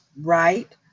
Right